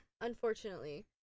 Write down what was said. Unfortunately